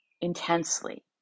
intensely